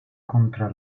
contra